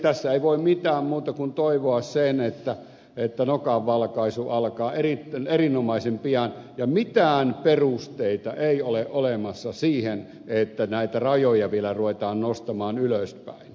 tässä ei voi mitään muuta kuin toivoa sitä että nokanvalkaisu alkaa erinomaisen pian ja mitään perusteita ei ole olemassa siihen että näitä rajoja vielä ruvetaan nostamaan ylöspäin